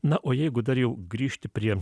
na o jeigu dar jau grįžti prie